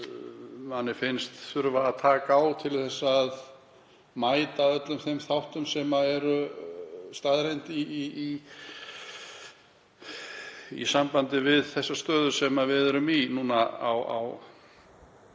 sem manni finnst þurfa að taka á til að mæta öllum þeim þáttum sem eru staðreynd í sambandi við þá stöðu sem við erum í núna, á tímum